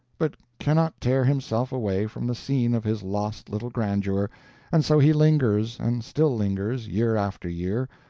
but cannot tear himself away from the scene of his lost little grandeur and so he lingers, and still lingers, year after year,